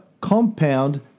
compound